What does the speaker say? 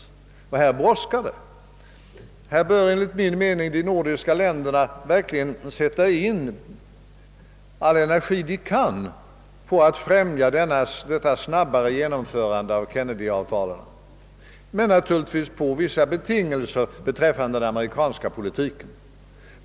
Och det brådskar verkligen! Enligt min mening bör de nordiska länderna sätta in all energi på att främja ett snabbare genomförande av Kennedyrondens avtal — men naturligtvis på vissa betingelser i vad gäller den amerikanska politiken.